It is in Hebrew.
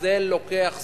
זה לוקח זמן.